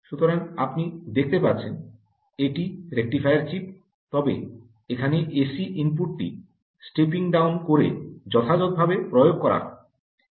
সুতরাং আপনি দেখতে পাচ্ছেন এটি রেকটিফায়ার চিপ তবে এখানে এসি ইনপুটটি স্টেপিং ডাউন করে যথাযথভাবে প্রয়োগ করা হয়